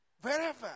wherever